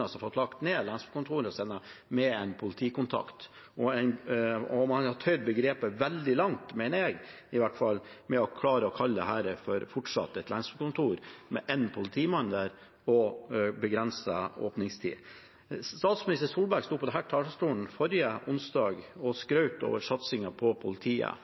en politikontakt. Man har tøyd begrepet veldig langt – det mener i hvert fall jeg – ved fortsatt å kalle dette for et lensmannskontor, med én politimann og begrenset åpningstid. Statsminister Solberg sto på denne talerstolen forrige onsdag og skrøt av satsingen på politiet